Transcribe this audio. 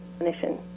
clinician